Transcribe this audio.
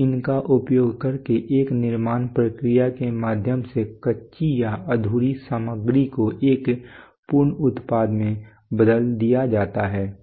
इनका उपयोग करके एक निर्माण प्रक्रिया के माध्यम से कच्ची या अधूरी सामग्री को एक पूर्ण उत्पाद में बदल दिया जाता है